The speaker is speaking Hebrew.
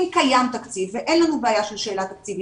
אם קיים תקציב ואין לנו בעיה של שאלה תקציבית,